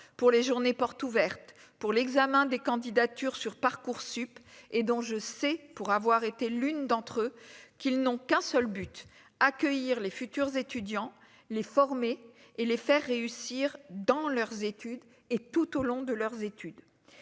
pour les journées portes ouvertes pour l'examen des candidatures sur Parcoursup, et dont je sais pour avoir été l'une d'entre eux, qu'ils n'ont qu'un seul but : accueillir les futurs étudiants les former et les faire réussir dans leurs études et tout au long de leurs études,